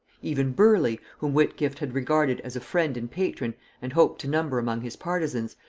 even burleigh, whom whitgift had regarded as a friend and patron and hoped to number among his partisans,